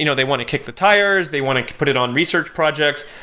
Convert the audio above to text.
you know they want to kick the tires, they want to put it on research projects,